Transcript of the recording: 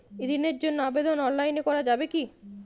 ঋণের জন্য আবেদন অনলাইনে করা যাবে কি?